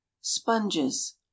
sponges